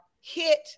hit